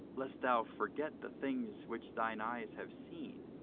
lest thou forget the things which thine eyes have seen,